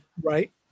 Right